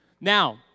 Now